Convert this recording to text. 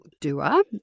doer